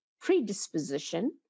predisposition